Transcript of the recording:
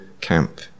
camp